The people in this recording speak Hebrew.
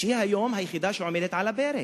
שהיא היום היחידה שעומדת על הפרק,